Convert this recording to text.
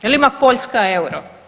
Jel' ima Poljska euro?